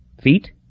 Feet